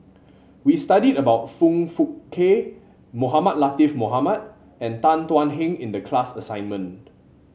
we studied about Foong Fook Kay Mohamed Latiff Mohamed and Tan Thuan Heng in the class assignment